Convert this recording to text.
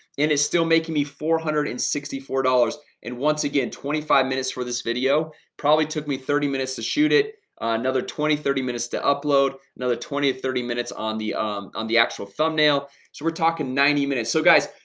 and it's still making me four hundred and sixty four dollars and once again twenty five minutes for this video probably took me thirty minutes to shoot it another twenty thirty minutes to upload another twenty or thirty minutes on the um on the actual thumbnail. so we're talking ninety minutes so guys,